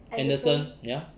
anderson ya